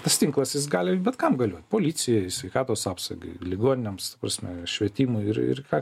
tas tinklas jis gali bet kam galiot policijai sveikatos apsaugai ligoninėms ta prasme švietimui ir ir ką